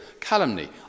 calumny